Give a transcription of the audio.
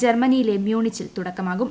ജർമനിയിലെ മ്യൂണിച്ചിൽ തുടക്കമാകും